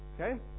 Okay